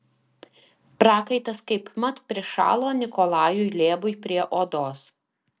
prakaitas kaipmat prišalo nikolajui lėbui prie odos